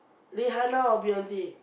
Rihanna or Beyonce